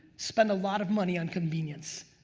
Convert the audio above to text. spend a lot of money on convenience.